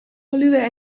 woluwe